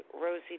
Rosie